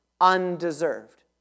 undeserved